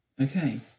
Okay